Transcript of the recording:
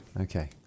okay